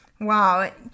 Wow